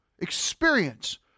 experience